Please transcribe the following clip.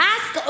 Ask